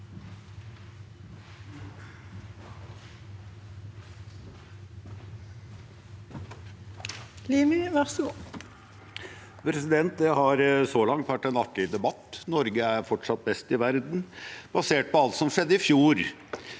Det har så langt vært en artig debatt. Norge er fortsatt best i verden, basert på alt som skjedde i fjor,